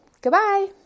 Goodbye